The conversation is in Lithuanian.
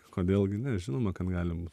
kodėl gi ne žinoma kad galim